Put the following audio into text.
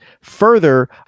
Further